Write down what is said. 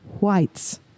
whites